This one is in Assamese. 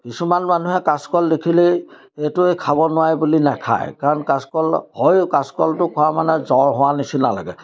কিছুমান মানুহে কাচকল দেখিলেই এইটোৱ এই খাব নোৱাৰে বুলি নেখায় কাৰণ কাচকল হয়ো কাচকলটো খোৱা মানে জ্বৰ হোৱাৰ নিচিনা লাগে